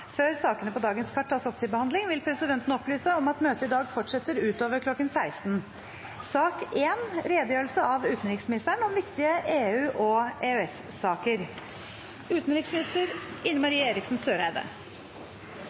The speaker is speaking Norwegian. Før sakene på dagens kart tas opp til behandling, vil presidenten opplyse om at møtet i dag fortsetter utover kl. 16. For 69 år siden i dag la Frankrikes utenriksminister Robert Schuman fram ideen om å opprette et europeisk kull- og